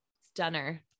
Stunner